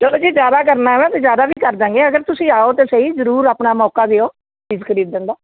ਚਲੋ ਜੇ ਜ਼ਿਆਦਾ ਕਰਨਾ ਨਾ ਤਾਂ ਜ਼ਿਆਦਾ ਵੀ ਕਰ ਦਾਂਗੇ ਅਗਰ ਤੁਸੀਂ ਆਓ ਤਾਂ ਸਹੀ ਜ਼ਰੂਰ ਆਪਣਾ ਮੌਕਾ ਦਿਓ ਚੀਜ਼ ਖਰੀਦਣ ਦਾ